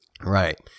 Right